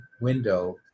window